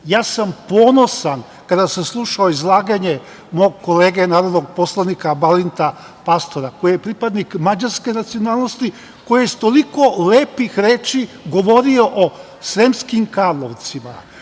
sam ponosan kada sam slušao izlaganje mog kolege, narodnog poslanika Balinta Pastora, koji je pripadnik mađarske nacionalnosti, koji je sa toliko lepih reči govorio o Sremskim Karlovcima.